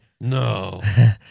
No